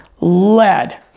lead